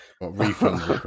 Refund